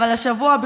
אבל השבוע,